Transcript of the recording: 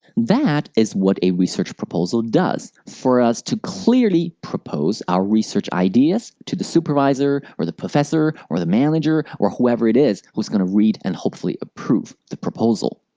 that is what a research proposal does for us to clearly propose our research ideas to the supervisor, or the professor, or the manager, or whoever it is that is gonna read and hopefully approve the proposal.